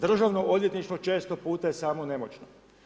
Državno odvjetništvo često puta je samo nemoćno.